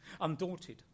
undaunted